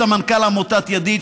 סמנכ"ל עמותת ידיד,